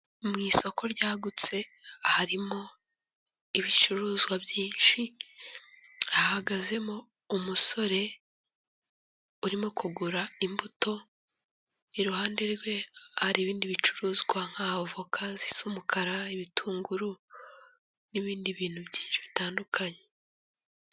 Mu isoko ryagutse harimo ibicuruzwa byinshi, hahagazemo umusore urimo kugura imbuto, iruhande rwe hari ibindi bicuruzwa nk'avoka zisa umukara, ibitunguru, n'ibindi bintu byinshi bitandukanye.